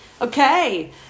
Okay